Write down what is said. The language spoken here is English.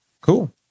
cool